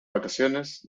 vacaciones